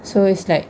so is like